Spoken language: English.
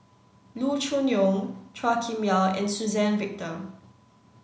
Loo Choon Yong Chua Kim Yeow and Suzann Victor